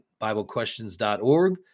biblequestions.org